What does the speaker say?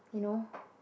you know